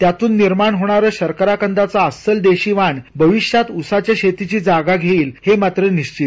त्यातून निर्माण होणार शर्कराकदाच अस्सल देशी वाण भविष्यात उसाच्या शेतीची जागा घेईल हे मात्र निश्चित